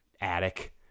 attic